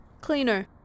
cleaner